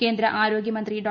കേന്ദ്ര ആരോഗ്യമന്ത്രി ഡോ